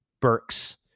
Burks